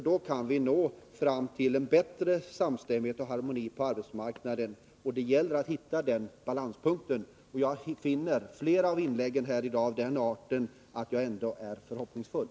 Då kan man nå fram till bättre samstämmighet och harmoni på arbetsmarknaden. Det gäller att hitta en balanspunkt. Flera av dagens inlägg är också av den arten att jag är förhoppningsfull.